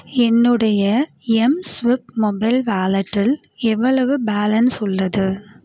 என்னுடைய M swipe mobile வேலெட்டில் எவ்வளவு பேலன்ஸ் உள்ளது